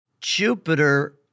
Jupiter